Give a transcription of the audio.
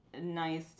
nice